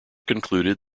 concluded